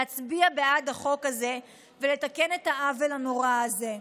להצביע בעד החוק הזה ולתקן את העוול הנורא הזה.